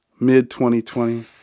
mid-2020